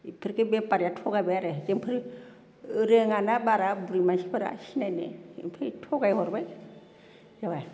बेफोरखौ बेपारिया थगायबाय आरो जोंफोर रोङाना बारा बुरै मानसिफोरा सिनायनो ओमफ्राय थगायहरबाय जाबाय